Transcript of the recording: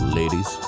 ladies